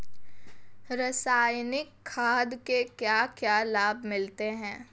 रसायनिक खाद के क्या क्या लाभ मिलते हैं?